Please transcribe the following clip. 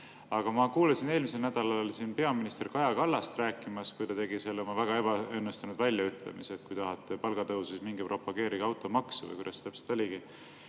Aga ma kuulasin eelmisel nädalal siin peaminister Kaja Kallast rääkimas, kui ta tegi selle oma väga ebaõnnestunud väljaütlemise, et kui te tahate palgatõusu, siis minge propageerige automaksu, või kuidas see täpselt oligi.